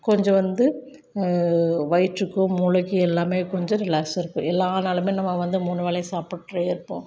கொஞ்சம் வந்து வயிற்றுக்கு மூளைக்கும் எல்லாமே கொஞ்சம் ரிலாக்ஸாக இருக்கும் எல்லா நாளுமே நம்ம வந்து மூணு வேளையும் சாப்பிட்டே இருப்போம்